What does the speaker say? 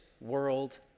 world